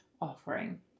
offering